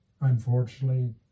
unfortunately